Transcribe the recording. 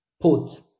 put